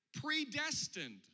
predestined